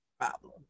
problem